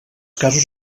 casos